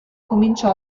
cominciò